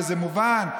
זה מובן,